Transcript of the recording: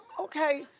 okay,